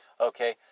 Okay